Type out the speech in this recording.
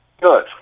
Good